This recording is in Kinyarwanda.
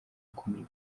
ukomeye